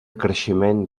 creixement